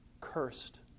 cursed